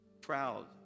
Proud